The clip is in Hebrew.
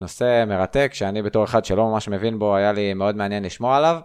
נושא מרתק שאני בתור אחד שלא ממש מבין בו, היה לי מאוד מעניין לשמוע עליו.